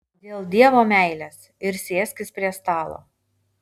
dėl dievo meilės ir sėskis prie stalo